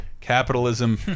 capitalism